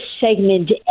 segment